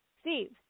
Steve